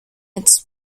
its